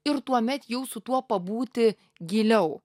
ir tuomet jau su tuo pabūti giliau